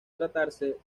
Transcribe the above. tratarse